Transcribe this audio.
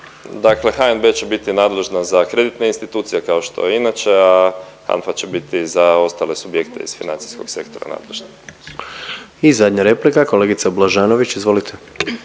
Dakle HNB će biti nadležna za kreditne institucije kao što je inače, a HANFA će biti za ostale subjekte iz financijskog sektora nadležna. **Jandroković, Gordan (HDZ)** I zadnja replika kolegica Blažanović izvolite.